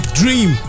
dream